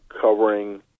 covering